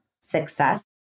success